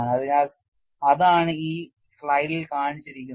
അതിനാൽ അതാണ് ഈ സ്ലൈഡിൽ കാണിച്ചിരിക്കുന്നു